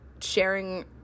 sharing